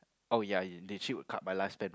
oh ya you did you will cut my life span real short